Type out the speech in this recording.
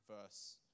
verse